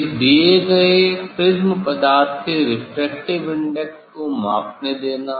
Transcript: इस दिए गए प्रिज़्म पदार्थ के रेफ्रेक्टिव इंडेक्स को मापने देना